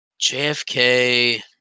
JFK